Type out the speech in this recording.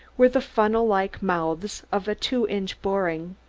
were the funnel-like mouths of a two-inch boring.